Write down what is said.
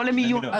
לא למיון,